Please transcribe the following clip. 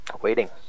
Waiting